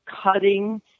cutting